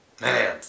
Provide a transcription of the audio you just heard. man